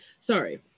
Sorry